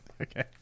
Okay